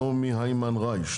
נעמי היימן ריש,